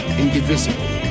indivisible